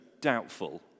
doubtful